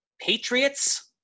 Patriots